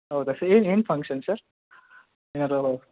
ಹೌದಾ ಸರ್ ಏನು ಹೇಳಿ ಫಂಕ್ಷನ್ ಸರ್ ಏನಾರು